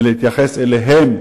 ולהתייחס אליהם